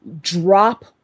drop